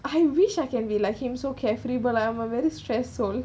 I wish I can be like him so carefully but I am a very stress soul